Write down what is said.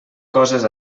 coses